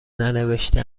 ننوشته